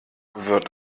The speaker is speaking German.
wird